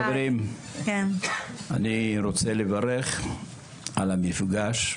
טוב חברים, אני רוצה לברך על המפגש,